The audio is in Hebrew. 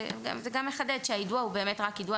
זה גם מחדד שהיידוע הוא באמת רק יידוע,